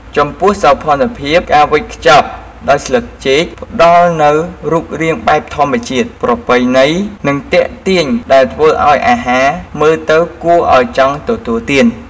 ចំពោះសោភ័ណភាព ការវេចខ្ចប់ដោយស្លឹកចេកផ្តល់នូវរូបរាងបែបធម្មជាតិ ប្រពៃណី និងទាក់ទាញ ដែលធ្វើឱ្យអាហារមើលទៅគួរឱ្យចង់ទទួលទាន។